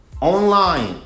online